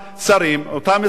אותם משרדי ממשלה,